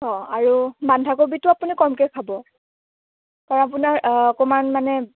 অঁ আৰু বন্ধাকবিটো আপুনি কমকৈ খাব কাৰণ আপোনাৰ অকণমান মানে